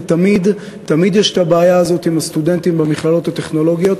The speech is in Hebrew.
ותמיד תמיד ישנה הבעיה הזאת עם הסטודנטים במכללות הטכנולוגיות.